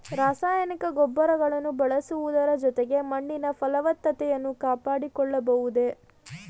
ರಾಸಾಯನಿಕ ಗೊಬ್ಬರಗಳನ್ನು ಬಳಸುವುದರ ಜೊತೆಗೆ ಮಣ್ಣಿನ ಫಲವತ್ತತೆಯನ್ನು ಕಾಪಾಡಿಕೊಳ್ಳಬಹುದೇ?